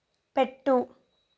పెట్టు